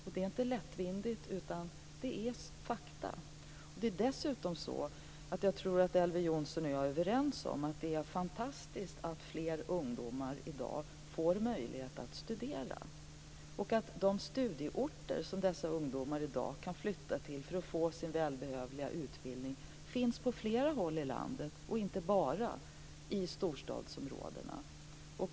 Detta är inte lättvindigt, utan det är fakta. Jag tror att Elver Jonsson och jag är överens om att det är fantastiskt att fler ungdomar i dag får möjlighet att studera och att de studieorter som dessa ungdomar i dag kan flytta till för att få sin välbehövliga utbildning finns på flera håll i landet och inte bara i storstadsområdena.